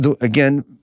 again